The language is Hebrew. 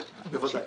בוודאי.